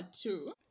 two